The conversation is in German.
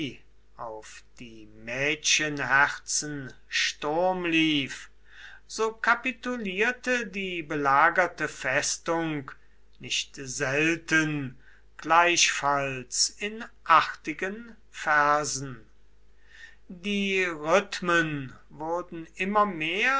auf die mädchenherzen sturm lief so kapitulierte die belagerte festung nicht selten gleichfalls in artigen versen die rhythmen wurden immer mehr